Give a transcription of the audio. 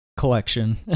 Collection